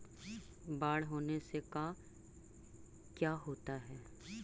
बाढ़ होने से का क्या होता है?